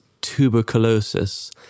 tuberculosis